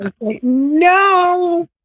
No